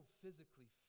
physically